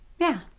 yeah.